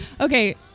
Okay